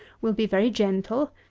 will be very gentle,